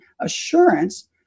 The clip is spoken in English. assurance